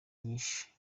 nyinshi